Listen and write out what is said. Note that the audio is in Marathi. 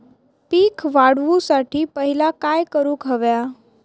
पीक वाढवुसाठी पहिला काय करूक हव्या?